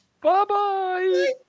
Bye-bye